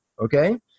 okay